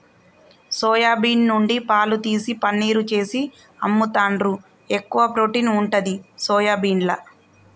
soya bean నుండి పాలు తీసి పనీర్ చేసి అమ్ముతాండ్రు, ఎక్కువ ప్రోటీన్ ఉంటది సోయాబీన్ల